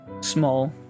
Small